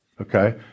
Okay